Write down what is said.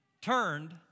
turned